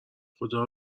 خدا